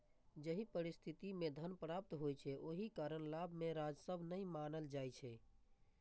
जाहि परिस्थिति मे धन प्राप्त होइ छै, ओहि कारण लाभ कें राजस्व नै मानल जाइ छै